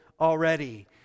Already